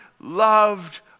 loved